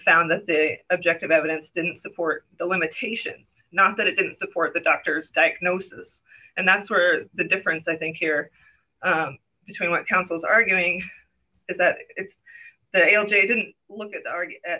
found that the objective evidence didn't support the limitation not that it didn't support the doctor's diagnosis and that's where the difference i think here between what councils are arguing is that it's the a l j didn't look at